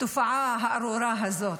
התופעה הארורה הזאת,